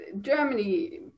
Germany